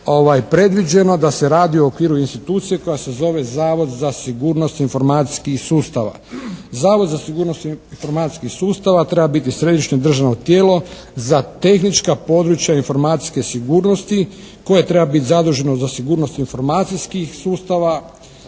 predviđeno da se radi u okviru institucije koja se zove Zavod za sigurnost informacijskih sustava. Zavod za sigurnost informacijskih sustava treba biti središnje tijelo za tehnička područja informacijske sigurnosti koje treba biti zaduženo za sigurnost informacijskih sustava,